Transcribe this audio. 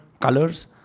colors